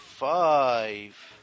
Five